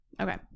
Okay